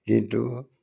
কিন্তু